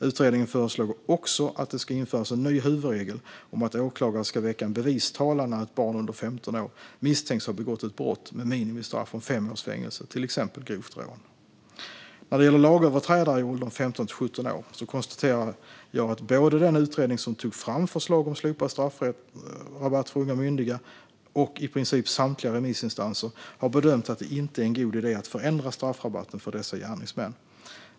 Utredningen föreslår också att det ska införas en ny huvudregel om att åklagare ska väcka en bevistalan när ett barn under 15 år misstänks ha begått ett brott med minimistraff om fem års fängelse, till exempel grovt rån. När det gäller lagöverträdare i åldern 15-17 år konstaterar jag att både den utredning som tog fram förslag om slopad straffrabatt för unga myndiga och i princip samtliga remissinstanser har bedömt att det inte är en god idé att förändra straffrabatten för dessa gärningsmän.